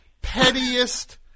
pettiest